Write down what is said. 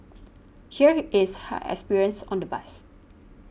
here is her experience on the bus